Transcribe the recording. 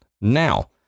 Now